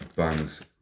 Bangs